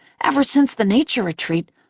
ever since the nature retreat,